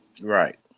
Right